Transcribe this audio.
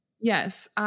Yes